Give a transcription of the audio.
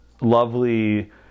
lovely